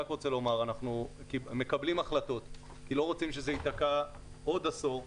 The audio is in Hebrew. אנחנו מקבלים החלטות כי לא רוצים שזה ייתקע עוד עשור.